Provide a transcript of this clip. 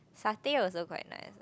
satay also quite nice